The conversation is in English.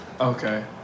okay